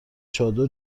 چادر